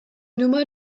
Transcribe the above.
nummer